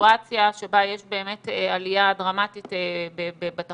סיטואציה שבה באמת יש עלייה דרמטית בתחלואה,